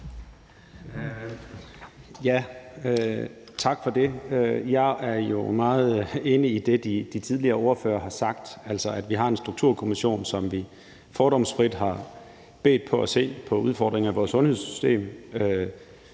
Tak for det. Jeg er meget enig i det, de tidligere ordførere har sagt, altså at vi har en Sundhedsstrukturkommission, som vi fordomsfrit har bedt om at se på udfordringer i vores sundhedssystem.